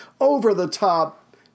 over-the-top